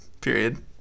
period